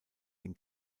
den